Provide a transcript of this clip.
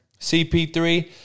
CP3